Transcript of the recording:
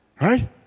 right